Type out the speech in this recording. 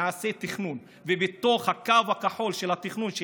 גם ועדת המעקב וגם ועד ראשי הרשויות המקומיות באים